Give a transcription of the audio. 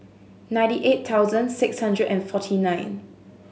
ninety eight thousand six hundred and forty nine